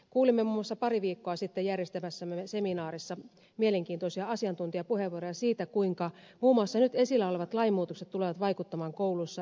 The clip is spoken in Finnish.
kuulimme muun muassa pari viikkoa sitten järjestämässämme seminaarissa mielenkiintoisia asiantuntijapuheenvuoroja siitä kuinka muun muassa nyt esillä olevat lainmuutokset tulevat vaikuttamaan kouluissa eriarvostavasti